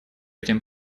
этим